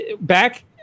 back